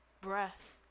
breath